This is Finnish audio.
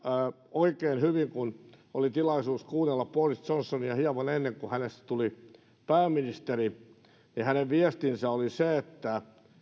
oikein hyvin että kun oli tilaisuus kuunnella boris johnsonia hieman ennen kuin hänestä tuli pääministeri niin hänen viestinsä oli se että